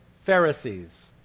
Pharisees